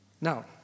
Now